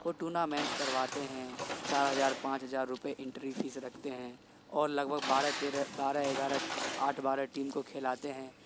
وہ ٹونامنٹ کرواتے ہیں چار ہزار پانچ ہزار روپے انٹری فیس رکھتے ہیں اور لگ بھگ بارہ تیرہ بارہ گیارہ آٹھ بارہ ٹیم کو کھلاتے ہیں